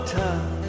time